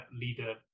leader